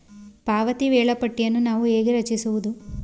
ಪಾವತಿ ವೇಳಾಪಟ್ಟಿಯನ್ನು ನಾನು ಹೇಗೆ ರಚಿಸುವುದು?